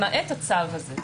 למעט הצו הזה.